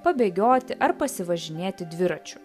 pabėgioti ar pasivažinėti dviračiu